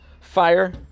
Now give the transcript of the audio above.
fire